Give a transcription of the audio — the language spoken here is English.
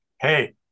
Hey